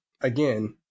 again